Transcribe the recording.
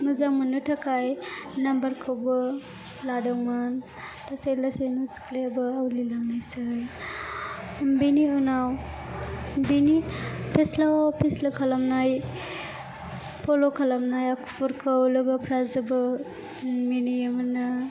मोजां मोननो थाखाय नाम्बार खौबो लादोंमोन लासै लासैनो सिख्लायाबो आवलिलांनायसै बेनि उनाव बेनि फेस्ला फेस्ला खालामनाय फल' खालामनाय आखुफोरखौ लोगोफ्रा जोबोद मिनियोमोननो